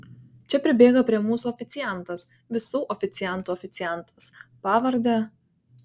čia pribėga prie mūsų oficiantas visų oficiantų oficiantas pavarde